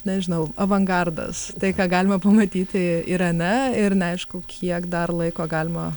nežinau avangardas tai ką galima pamatyti irane ir neaišku kiek dar laiko galima